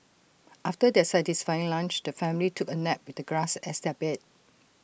after their satisfying lunch the family took A nap with the grass as their bed